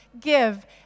give